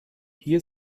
hier